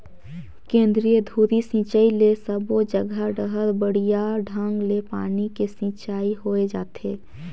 केंद्रीय धुरी सिंचई ले सबो जघा डहर बड़िया ढंग ले पानी के सिंचाई होय जाथे